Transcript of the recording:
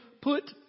put